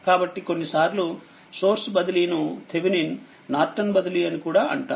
కాబట్టికొన్నిసార్లు source బదిలీ ను Thevenin Norton బదిలీ అని కూడా అంటారు